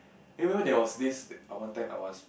eh remember there was thing one time I was